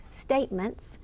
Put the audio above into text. statements